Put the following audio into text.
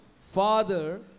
father